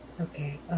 Okay